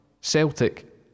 Celtic